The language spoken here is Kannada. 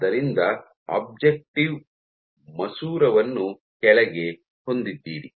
ಆದ್ದರಿಂದ ಆಬ್ಜೆಕ್ಟಿವ್ ಮಸೂರವನ್ನು ಕೆಳಗೆ ಹೊಂದಿದ್ದೀರಿ